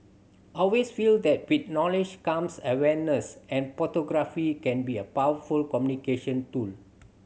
always feel that with knowledge comes awareness and can be a powerful communication tool